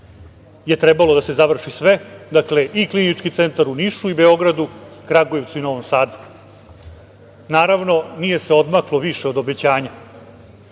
je trebalo da se završi sve, dakle i Klinički centar u Nišu, u Beogradu, Kragujevcu i Novom Sadu. Naravno, nije se odmaklo više od obećanja. Ono